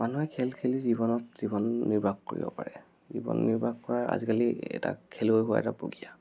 মানুহে খেল খেলি জীৱনত জীৱন নিৰ্বাহ কৰিব পাৰে জীৱন নিৰ্বাহ কৰা আজিকালি এটা খেলুৱৈ হোৱা এটা প্ৰক্ৰিয়া